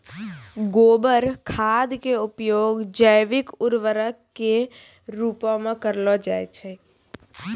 गोबर खाद के उपयोग जैविक उर्वरक के रुपो मे करलो जाय छै